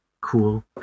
cool